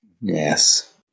Yes